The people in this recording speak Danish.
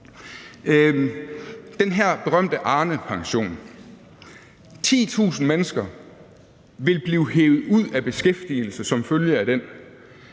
den her berømte Arnepension. 10.000 mennesker vil blive hevet ud af beskæftigelse som følge af den.